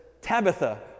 Tabitha